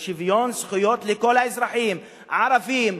לשוויון זכויות לכל האזרחים: ערבים,